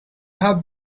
have